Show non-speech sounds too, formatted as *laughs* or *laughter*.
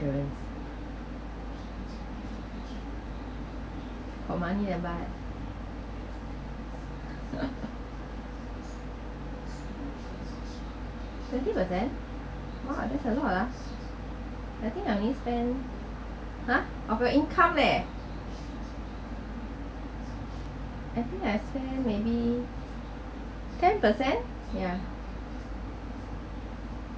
insurance got money then buy ah *laughs* twenty percent !wah! that's a lot ah I think I only spend !huh! of your income eh I think I spend maybe ten percent ya